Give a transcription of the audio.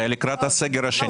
זה היה לקראת הסגר השני.